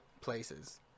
places